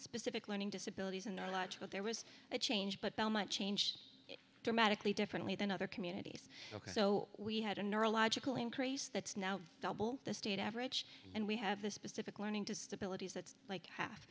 specific learning disabilities in our lodge but there was a change but i might change dramatically differently than other communities ok so we had a neurological increase that's now double the state average and we have the specific learning disabilities that's like half